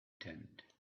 tent